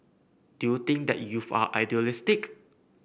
do you think that youth are idealistic